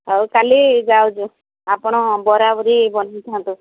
ହଉ କାଲି ଯାଉଛୁ ଆପଣ ବରାବରି ବନେଇଥାନ୍ତୁ